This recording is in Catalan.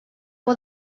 por